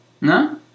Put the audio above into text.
No